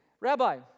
Rabbi